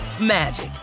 magic